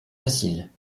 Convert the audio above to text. facile